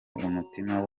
umutima